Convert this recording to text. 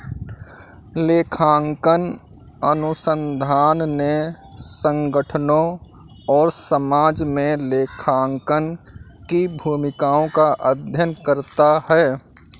लेखांकन अनुसंधान ने संगठनों और समाज में लेखांकन की भूमिकाओं का अध्ययन करता है